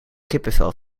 kippenvel